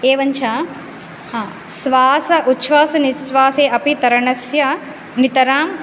एवं च स्वास उच्छ्वासनिस्वासे तरणस्य नितरां